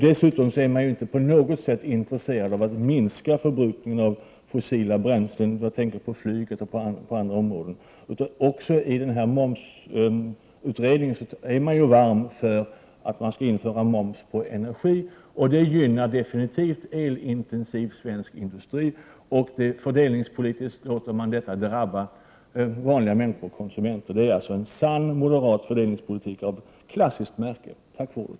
Dessutom är man inte på något sätt intresserad av att minska förbrukningen av fossila bränslen. Jag tänker på flyget och andra områden. Även i momsutredningen talar man sig varm för att införa moms på energi. Det gynnar absolut elintensiv svensk industri. Fördelningspolitiskt låter man detta drabba vanliga människor, konsumenter. Det är alltså en sann moderat fördelningspolitik av klassiskt märke. Tack för ordet!